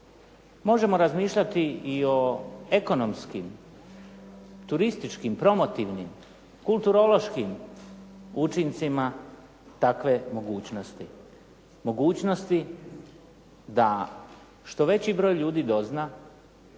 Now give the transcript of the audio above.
možemo razmišljati i o ekonomskim, turističkim, promotivnim, kulturološkim učincima takve mogućnosti, mogućnosti da što veći broj ljudi dozna